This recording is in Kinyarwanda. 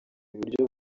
buryo